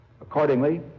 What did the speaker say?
Accordingly